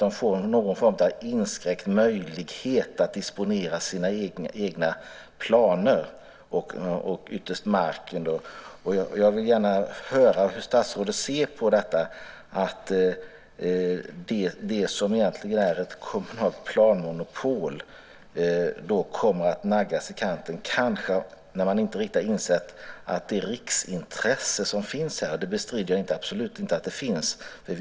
De får någon form av inskränkt möjlighet att disponera sina egna planer och ytterst marken. Jag vill gärna höra hur statsrådet ser på detta, att det som egentligen är ett kommunalt planmonopol kommer att naggas i kanten. Man har kanske inte riktigt insett att det riksintresse som finns kommer att inskränka möjligheterna för kommunal expansion.